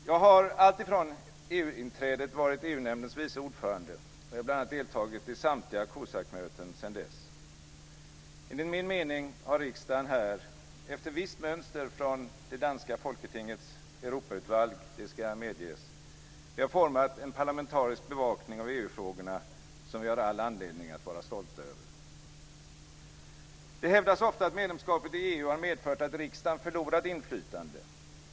Jag har alltifrån EU-inträdet varit EU-nämndens vice ordförande, och jag har bl.a. deltagit i samtliga COSAC-möten sedan dess. Enligt min mening har riksdagen här - efter visst mönster från det danska folketingets Europaudvalg, det ska medges - format en parlamentarisk bevakning av EU-frågorna som vi har all anledning att vara stolta över. Det hävdas ofta att medlemskapet i EU har medfört att riksdagen förlorat inflytande.